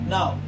Now